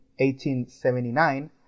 1879